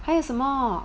还有什么